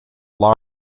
large